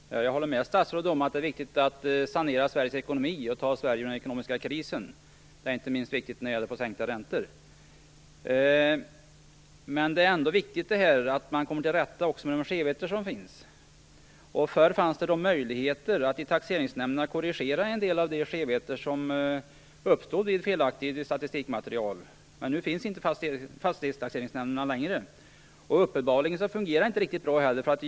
Fru talman! Jag håller med statsrådet om att det är viktigt att sanera Sveriges ekonomi och ta Sverige ur den ekonomiska krisen. Det är inte minst viktigt när det gäller att få sänkta räntor. Men det är ändå viktigt att man kommer till rätta med de skevheter som finns. Förr fanns det möjligheter att i taxeringsnämnderna korrigera en del skevheter och felaktigheter i statistikmaterial, men nu finns inte fastighetstaxeringsnämnderna längre. Uppenbarligen fungerar det inte riktigt bra heller.